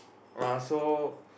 !wah! so